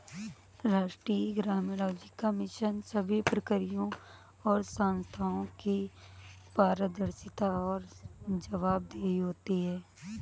राष्ट्रीय ग्रामीण आजीविका मिशन सभी प्रक्रियाओं और संस्थानों की पारदर्शिता और जवाबदेही होती है